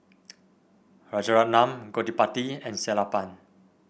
Rajaratnam Gottipati and Sellapan